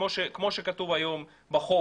כמו שכתוב היום בחוק,